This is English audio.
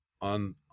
on